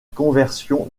conversion